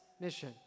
mission